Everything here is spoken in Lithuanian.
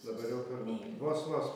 dabar jau per daug vos vos